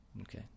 Okay